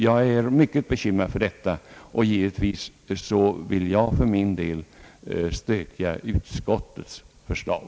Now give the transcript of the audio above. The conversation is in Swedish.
Jag är mycket bekymrad över detta, och jag kommer givetvis för min del att rösta för utskottets förslag.